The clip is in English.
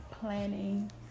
planning